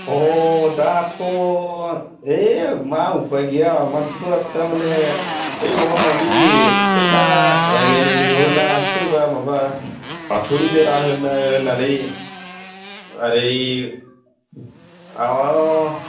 अ दाथ' ओइ मा उपाय गैया मानसिफोरा तारमाने ओइ माबा माबि खोथा रायज्लायनो लिंहरोना सोरबा माबा बाथौनि बेरा होनो होननानै ओरै अ